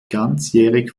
ganzjährig